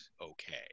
okay